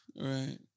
Right